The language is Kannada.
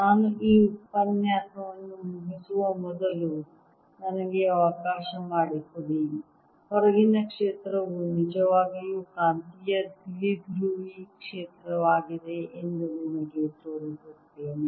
ನಾನು ಈ ಉಪನ್ಯಾಸವನ್ನು ಮುಗಿಸುವ ಮೊದಲು ನನಗೆ ಅವಕಾಶ ಮಾಡಿಕೊಡಿ ಹೊರಗಿನ ಕ್ಷೇತ್ರವು ನಿಜವಾಗಿಯೂ ಕಾಂತೀಯ ದ್ವಿಧ್ರುವಿ ಕ್ಷೇತ್ರವಾಗಿದೆ ಎಂದು ನಿಮಗೆ ತೋರಿಸುತ್ತೇನೆ